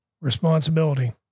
Responsibility